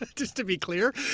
but just to be clear,